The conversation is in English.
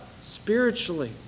spiritually